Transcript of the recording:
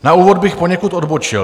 Na úvod bych poněkud odbočil.